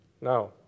Now